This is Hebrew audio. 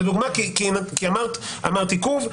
כי אמרת עיכוב.